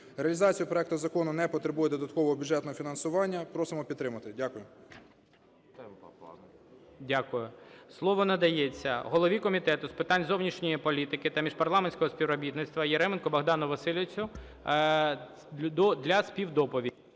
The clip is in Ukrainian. Реалізація проекту закону не потребує додаткового бюджетного фінансування. Просимо підтримати. Дякую.